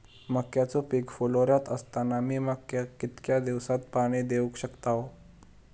मक्याचो पीक फुलोऱ्यात असताना मी मक्याक कितक्या दिवसात पाणी देऊक शकताव?